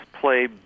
play